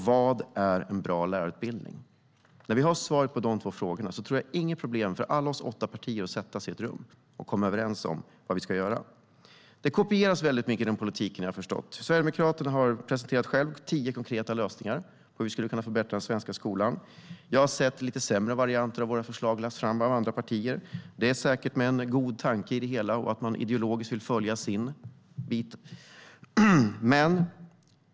Vad är en bra lärarutbildning? När vi har svaret på de två frågorna tror jag inte att det är något problem för oss alla i åtta partier att sätta oss i ett rum och komma överens om vad vi ska göra. Det kopieras väldigt mycket inom politiken, har jag förstått. Sverigedemokraterna har presenterat tio konkreta lösningar på hur vi skulle kunna förbättra den svenska skolan. Jag har sett lite sämre varianter av våra förslag läggas fram av andra partier. Det är säkert med en god tanke i det hela och att man vill följa sin ideologi.